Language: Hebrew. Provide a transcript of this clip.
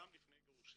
גם לפני גירושין.